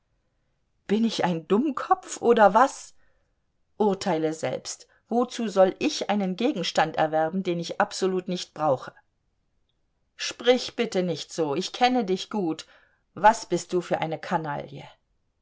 bin ich ein dummkopf oder was urteile selbst wozu soll ich einen gegenstand erwerben den ich absolut nicht brauche sprich bitte nicht so ich kenne dich gut was bist du für eine kanaille